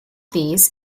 these